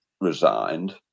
resigned